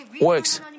works